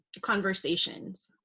conversations